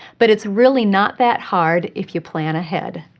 but it's really not that hard if you plan ahead.